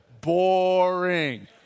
boring